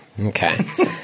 Okay